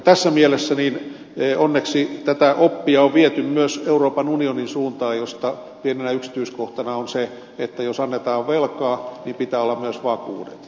tässä mielessä onneksi tätä oppia on viety myös euroopan unionin suuntaan ja siitä pienenä yksityiskohtana se että jos annetaan velkaa pitää olla myös vakuudet